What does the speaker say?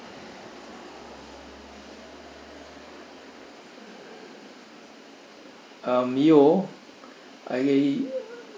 um yeo okay